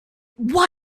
why